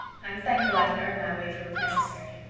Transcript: i'm thankful i can earn my way through if necessary.